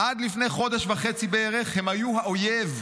"עד לפני חודש וחצי בערך הם היו האויב.